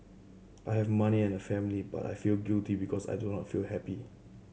I have money and a family but I feel guilty because I do not feel happy